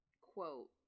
quote